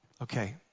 Okay